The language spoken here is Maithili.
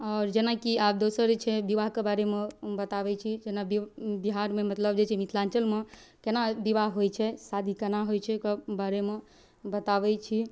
आओर जेनाकि आब दोसर छै बिवाहके बारेमे बताबै छी जेना बिहारमे मतलब जे छै मिथिलाञ्चलमे केना बिवाह होइ छै शादी केना होइ छै ओकर बारेमे बताबै छी